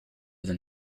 than